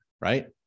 right